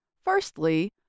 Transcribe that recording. Firstly